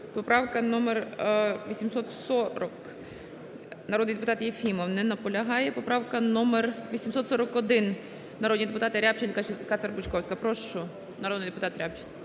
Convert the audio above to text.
Поправка номер 840, народний депутат Єфімов. Не наполягає. Поправка номер 841, народні депутати Рябчин, Кацер-Бучковська. Прошу, народний депутат Рябчин.